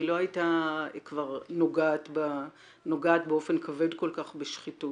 היא לא הייתה כבר נוגעת באופן כבד כל כך בשחיתות,